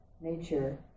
nature